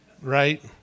right